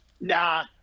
Nah